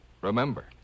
Remember